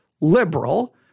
liberal